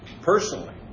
personally